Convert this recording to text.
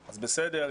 אז בסדר,